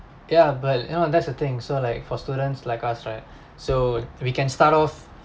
yeah but you know that's the thing so like for students like us right so we can start off